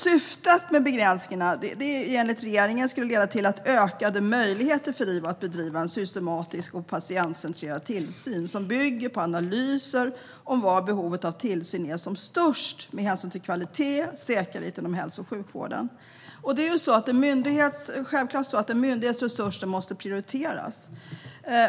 Syftet med begränsningarna är enligt regeringen att de ska leda till ökade möjligheter för IVO att bedriva en systematisk och patientcentrerad tillsyn som bygger på analyser av var behovet av tillsyn är som störst med hänsyn till kvaliteten och säkerheten inom hälso och sjukvården. Det är självklart så att en myndighets resurser måste prioriteras.